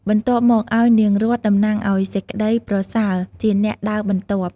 បន្ទាប់មកឲ្យនាងរតន៍ តំណាងឱ្យសេចក្តីប្រសើរជាអ្នកដើរបន្ទាប់។